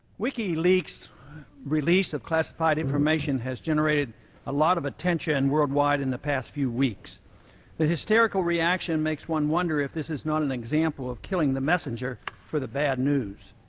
wiki leaks release of classified information has generated a lot of attention worldwide in the past few weeks hysterical reaction makes one wonder if this is not an example of killing the messenger for the bad news